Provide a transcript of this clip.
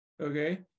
okay